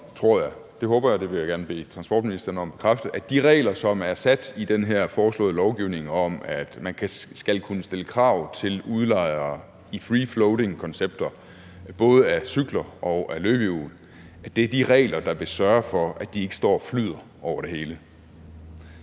det håber jeg, og det vil jeg gerne bede transportministeren om at bekræfte, at det er de regler, som er sat i den her foreslåede lovgivning – om, at man skal kunne stille krav til udlejere i free floating-koncepter af både cykler og løbehjul – der vil sørge for, at de ikke står og flyder over det hele.